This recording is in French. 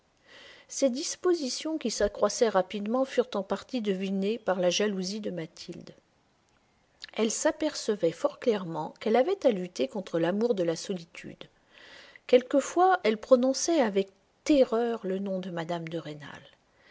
ces dispositions qui s'accroissaient rapidement furent en partie devinées par la jalousie de mathilde elle s'apercevait fort clairement qu'elle avait à lutter contre l'amour de la solitude quelquefois elle prononçait avec terreur le nom de mme de rênal